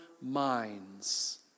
minds